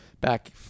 back